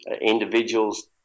individuals